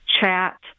chat